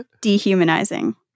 dehumanizing